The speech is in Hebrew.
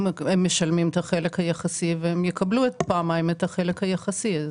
הם משלמים את החלק היחסי והם יקבלו פעמיים את החלק היחסי.